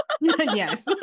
yes